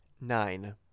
Nine